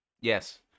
yes